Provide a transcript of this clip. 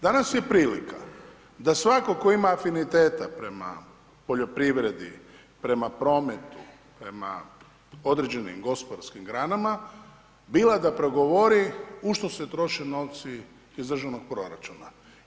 Danas je prilika da svatko tko ima afiniteta prema poljoprivredi, prema prometu, prema određenim gospodarskim granama bila da progovori u što se troše novci iz državnog proračuna.